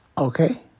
okay,